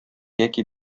яки